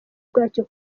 bwacyo